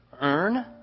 earn